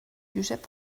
josep